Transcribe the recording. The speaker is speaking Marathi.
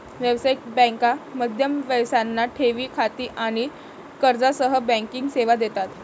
व्यावसायिक बँका मध्यम व्यवसायांना ठेवी खाती आणि कर्जासह बँकिंग सेवा देतात